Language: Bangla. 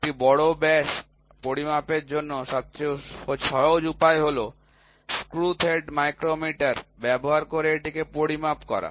একটি বড় ব্যাস পরিমাপের সহজ উপায় হল স্ক্রু থ্রেড মাইক্রোমিটার ব্যবহার করে এটি পরিমাপ করা